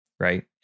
Right